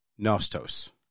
Nostos